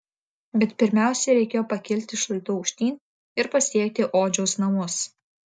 bet pirmiausia reikėjo pakilti šlaitu aukštyn ir pasiekti odžiaus namus